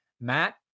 Matt